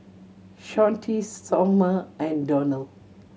Shawnte Sommer and Donald